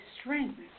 strength